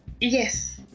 Yes